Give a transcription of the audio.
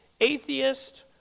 atheist